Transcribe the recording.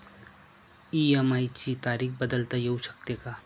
EMI ची तारीख बदलता येऊ शकते का?